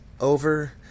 over